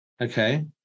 Okay